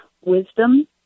wisdom